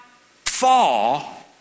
fall